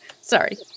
Sorry